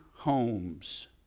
Homes